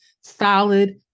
solid